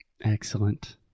Excellent